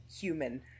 human